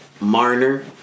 Marner